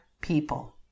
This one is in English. people